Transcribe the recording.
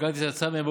כלכלת ישראל יצאה מהם,